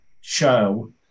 show